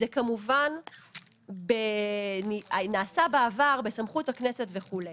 זה כמובן נעשה בעבר בסמכות הכנסת וכו'.